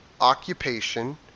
occupation